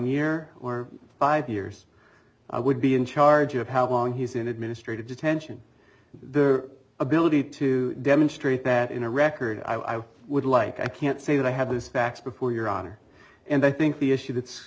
year or five years i would be in charge of how long he's in administrative detention their ability to demonstrate that in a record i would like i can't say that i have these facts before your honor and i think the issue that's